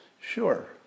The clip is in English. Sure